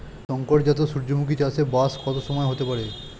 শংকর জাত সূর্যমুখী চাসে ব্যাস কত সময় হতে পারে?